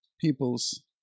peoples